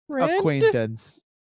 acquaintance